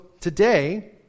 today